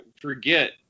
forget